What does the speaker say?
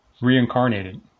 reincarnated